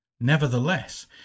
Nevertheless